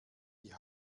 die